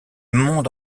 monde